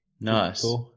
Nice